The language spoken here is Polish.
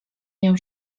miał